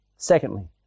Secondly